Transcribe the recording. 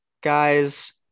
Guys